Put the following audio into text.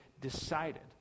decided